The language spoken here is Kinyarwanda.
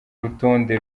urutonde